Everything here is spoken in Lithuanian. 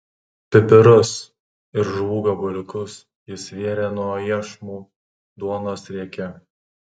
pipirus ir žuvų gabaliukus jis vėrė nuo iešmų duonos rieke